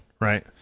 right